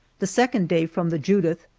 the second day from the judith,